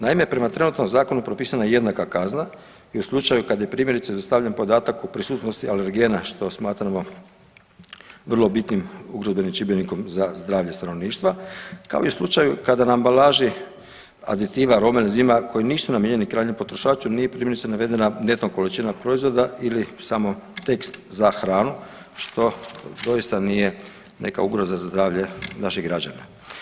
Naime, prema trenutnom zakonu propisana je jednaka kazna i u slučaju kad je primjerice dostavljen podataka o prisutnosti alergena što smatramo vrlo bitnim ugrozbenim čimbenikom za zdravlje stanovništva, kao i u slučaju kada na ambalaži aditiva, arome i enzima koji nisu namijenjeni krajnjem potrošaču nije primjerice navedena neto količina proizvoda ili samo tekst za hranu, što doista nije neka ugroza za zdravlje naših građana.